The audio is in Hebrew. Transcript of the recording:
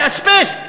לאזבסט.